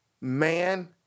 man